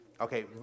Okay